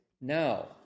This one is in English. Now